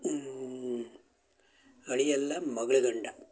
ಅಳಿಯಲ್ಲ ಮಗ್ಳ ಗಂಡ